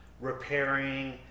repairing